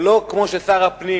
זה לא כמו ששר הפנים